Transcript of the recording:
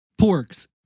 Porks